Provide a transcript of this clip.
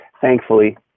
Thankfully